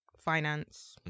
finance